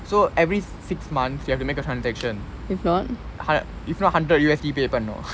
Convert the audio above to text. so every six months you have to make a transaction hundr~ if not hundred U_S_D pay பன்னனும்:pannanum